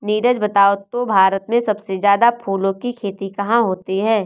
नीरज बताओ तो भारत में सबसे ज्यादा फूलों की खेती कहां होती है?